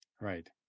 Right